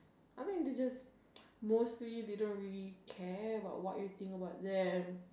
I mean they just mostly they didn't really care about what you think about them